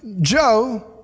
Joe